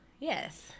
Yes